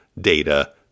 data